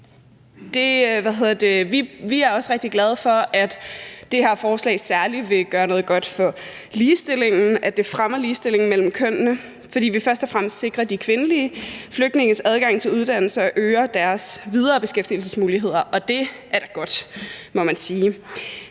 Vi er også rigtig glade for, at det her forslag særlig vil gøre noget godt for ligestillingen; at det fremmer ligestillingen mellem kønnene, fordi vi først og fremmest sikrer de kvindelige flygtninges adgang til uddannelse og øger deres videre beskæftigelsesmuligheder. Det er da godt, må man sige.